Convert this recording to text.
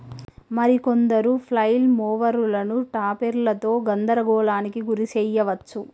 మరి కొందరు ఫ్లైల్ మోవరులను టాపెర్లతో గందరగోళానికి గురి శెయ్యవచ్చు